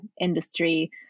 industry